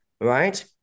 right